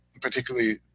particularly